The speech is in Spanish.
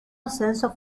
ascenso